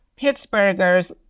Pittsburghers